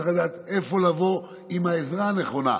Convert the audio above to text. צריך לדעת איפה לבוא עם העזרה הנכונה,